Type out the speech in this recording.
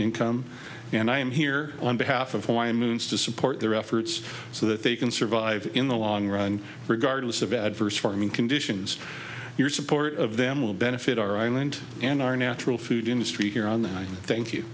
income and i am here on behalf of why moons to support their efforts so that they can survive in the long run regardless of adverse farming conditions your support of them will benefit our island and our natural food industry here on the line thank you